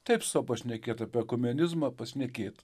taip sau pašnekėt apie ekumenizmą pašnekėt